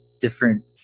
different